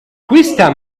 questa